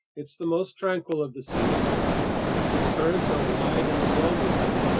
it's the most tranquil of the seas its currents are wide and slow-moving,